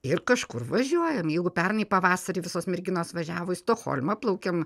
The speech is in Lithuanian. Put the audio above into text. ir kažkur važiuojam jeigu pernai pavasarį visos merginos važiavo į stokholmą plaukiam